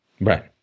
Right